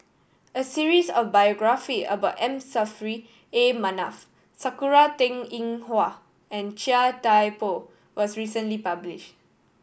a series of biography about M Saffri A Manaf Sakura Teng Ying Hua and Chia Thye Poh was recently published